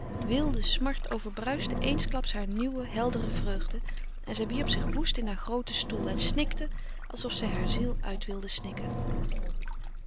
wilde smart overbruiste eensklaps hare nieuwe heldere vreugde en zij wierp zich woest in haar grooten stoel en snikte alsof zij haar ziel uit wilde snikken